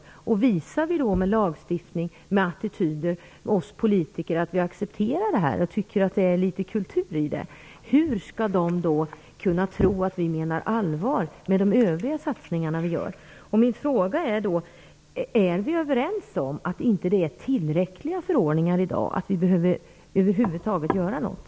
Visar vi politiker med lagstiftning vår attityd, att vi accepterar det här och tycker att det är litet kultur i det, hur skall de kunna tro att vi menar allvar med de övriga satsningar som vi gör? Är vi överens om att dagens förordningar inte är tillräckliga och att vi behöver göra något?